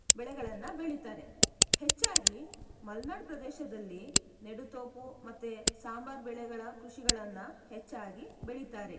ಬೆಳೆಗಳನ್ನು ಬೆಳೀತಾರೆ ಹೆಚ್ಚಾಗಿ ಮಲೆನಾಡು ಪ್ರದೇಶದಲ್ಲಿ ನೆಡುತೋಪು ಮತ್ತು ಸಾಂಬಾರು ಬೆಳೆಗಳ ಕೃಷಿಗಳನ್ನು ಹೆಚ್ಚಾಗಿ ಬೆಳೀತಾರೆ